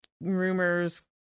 rumors